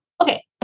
Okay